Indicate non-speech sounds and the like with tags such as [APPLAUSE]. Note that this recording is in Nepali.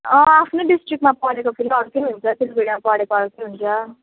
अँ आफ्नो डिस्ट्रिक्टमा पढेको फेरि अर्कै हुन्छ [UNINTELLIGIBLE] पढेको अर्कै हुन्छ